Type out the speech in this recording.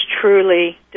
truly